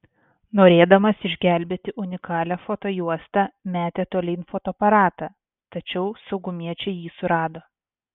norėdamas išgelbėti unikalią fotojuostą metė tolyn fotoaparatą tačiau saugumiečiai jį surado